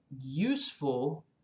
useful